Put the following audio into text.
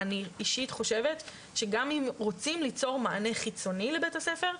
אני אישית חושבת שגם אם רוצים ליצור מענה חיצוני לבית הספר,